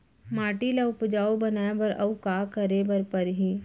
माटी ल उपजाऊ बनाए बर अऊ का करे बर परही?